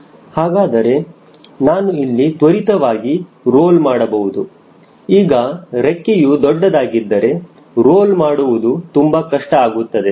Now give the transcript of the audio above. ಹಾಗಾದರೆ ನಾನು ಇಲ್ಲಿ ತ್ವರಿತವಾಗಿ ರೂಲ್ ಮಾಡಬಹುದು ಈಗ ರೆಕ್ಕೆಯು ದೊಡ್ಡದಾಗಿದ್ದರೆ ರೂಲ್ ಮಾಡುವುದು ತುಂಬಾ ಕಷ್ಟ ಆಗುತ್ತದೆ